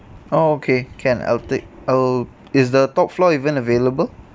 ah okay can I'll take I'll is the top floor even available